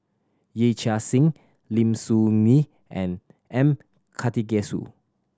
Yee Chia Hsing Lim Soo Ngee and M Karthigesu